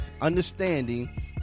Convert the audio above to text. understanding